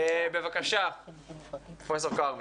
בבקשה, פרופ' כרמי.